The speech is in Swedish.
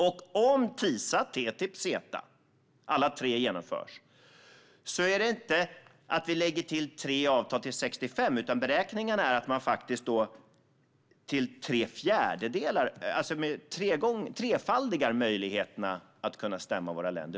Om TISA, TTIP och CETA genomförs innebär det inte att vi lägger till 3 avtal till 65, utan beräkningarna visar att man faktiskt trefaldigar möjligheterna att kunna stämma vårt land.